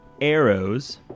arrows